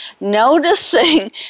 noticing